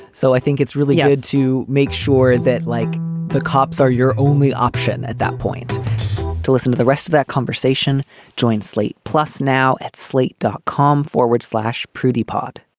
so i think it's really good to make sure that like the cops are your only option at that point to listen to the rest of that conversation join slate plus now at slate, dot com forward slash prudy pod